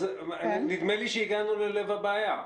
נדמה לי שהגענו ללב הבעיה.